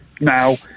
now